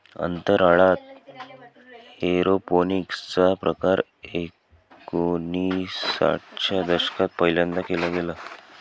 अंतराळात एरोपोनिक्स चा प्रकार एकोणिसाठ च्या दशकात पहिल्यांदा केला गेला